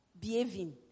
behaving